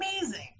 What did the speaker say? amazing